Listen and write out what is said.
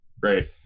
great